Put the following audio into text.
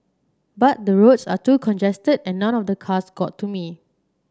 but the roads are too congested and none of the cars got to me